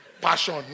passion